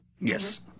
Yes